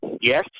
Yes